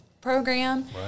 program